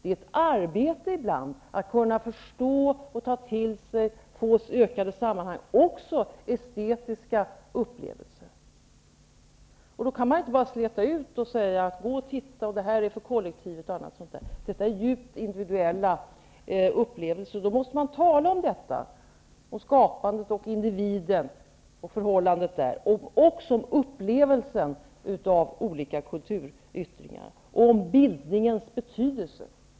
Det är ibland ett arbete att kunna förstå och ta till sig, se sammanhang och få estetiska upplevelser. Då kan man inte bara släta ut och säga: Gå och titta, det här är för kollektivet! Detta är djupt individuella upplevelser, och då måste man tala om detta, om skapandet och individen och förhållandet där emellan och också om upplevelsen av olika kulturyttringar och om bildningens betydelse.